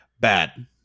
Bad